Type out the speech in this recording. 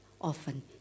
often